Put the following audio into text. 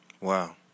Wow